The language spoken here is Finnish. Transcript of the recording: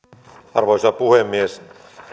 arvoisa puhemies